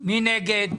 מי נגד?